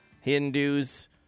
Hindus